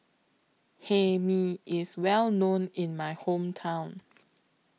Hae Mee IS Well known in My Hometown